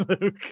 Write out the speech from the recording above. Luke